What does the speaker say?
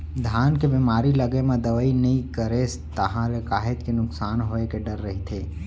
धान के बेमारी लगे म दवई नइ करेस ताहले काहेच के नुकसान होय के डर रहिथे